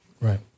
Right